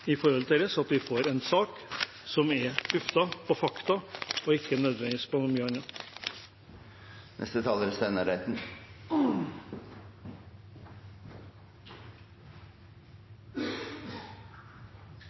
at vi får en sak som er tuftet på fakta og ikke på så mye